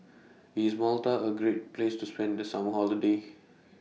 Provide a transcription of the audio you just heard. IS Malta A Great Place to spend The Summer Holiday